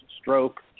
stroke